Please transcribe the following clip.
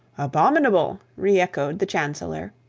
abominable, re-echoed the chancellor,